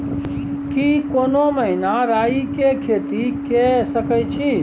की कोनो महिना राई के खेती के सकैछी?